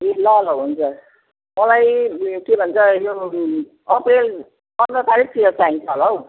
ए ल ल हुन्छ मलाई यो के भन्छ यो अप्रिल पन्ध्र तारिकतिर चाहिन्छ होला हो